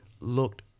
looked